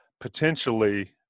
potentially